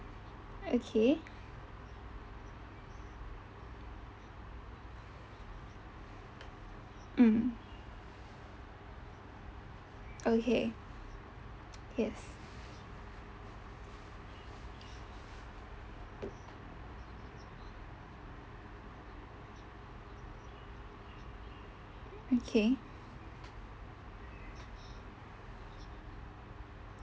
okay mm okay yes okay